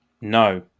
No